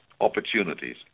Opportunities